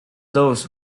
those